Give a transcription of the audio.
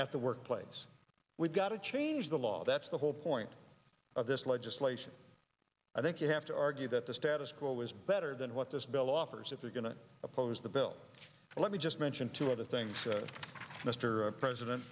at the workplace we've got to change the law that's the whole point of this legislation i think you have to argue that the status quo is better than what this bill offers if you're going to oppose the bill let me just mention two other things mr president